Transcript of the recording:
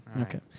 Okay